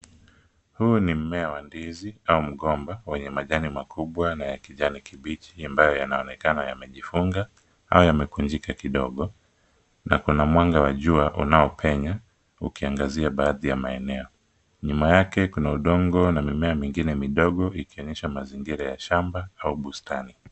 Huu ni mmea wa ndizi au mgomba wenye majani makubwa na ya kijani kibichi ambayo yanaonekana yamejifunga au yamekunjika kidogo na kuna mwanga wa jua unaopewa, ukiangazia baadhi ya maeneo. Nyuma yake kuna udongo na mimea mingine midogo, ikionyesha mazingira ya shamba au bustani.